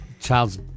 Child's